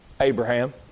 Abraham